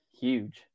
huge